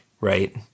right